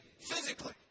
physically